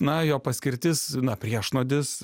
na jo paskirtis na priešnuodis